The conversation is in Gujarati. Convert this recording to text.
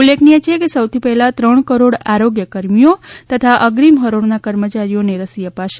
ઉલ્લેખનીય છે કે સૌથી પહેલા ત્રણ કરોડ આરોગ્ય કર્મીઓ તથા અગ્રીમ હરોળના કર્મચારીઓને રસી અપાશે